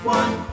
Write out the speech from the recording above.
one